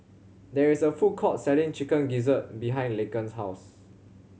there is a food court selling Chicken Gizzard behind Laken's house